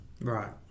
Right